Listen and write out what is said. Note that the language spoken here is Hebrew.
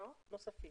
נוספים.